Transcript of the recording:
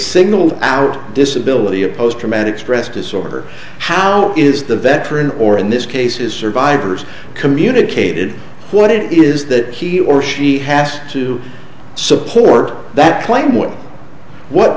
signal out disability a post traumatic stress disorder how is the veteran or in this case is survivors communicated what it is that he or she has to support that claim what what